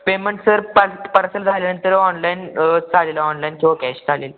payment sir पार parcel झाल्यानंतर online चालेल ऑनलाईन किंवा कॅश चालेल